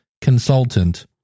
consultant